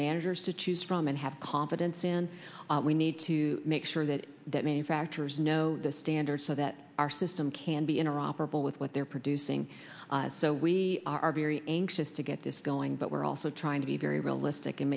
managers to choose from and have confidence in we need to make sure that that manufacturers know the standards so that our system can be interoperable with what they're producing so we are very anxious to get this going but we're also trying to be very realistic and